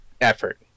Effort